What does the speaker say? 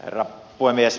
herra puhemies